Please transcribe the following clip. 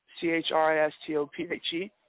c-h-r-i-s-t-o-p-h-e